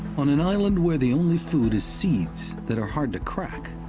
on an island where the only food is seeds that are hard to crack,